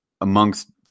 amongst